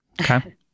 Okay